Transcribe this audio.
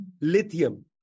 lithium